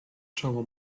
czoło